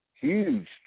Huge